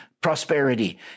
prosperity